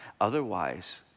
Otherwise